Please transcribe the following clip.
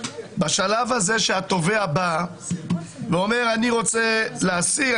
בשלב הזה שהתובע בא ואומר: אני רוצה להסיר,